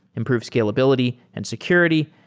improve scalability and security,